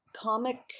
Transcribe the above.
Comic